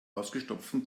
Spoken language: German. ausgestopften